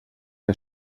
que